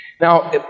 Now